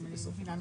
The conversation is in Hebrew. אם אני מבינה נכון.